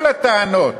כל הטענות